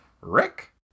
rick